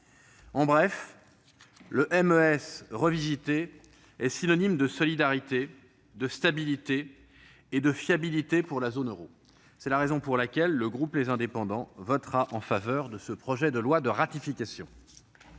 de stabilité revisité est synonyme de solidarité, de stabilité et de fiabilité pour la zone euro. C'est la raison pour laquelle le groupe Les Indépendants votera en faveur de ce projet de loi de ratification.